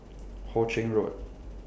Ho Ching Road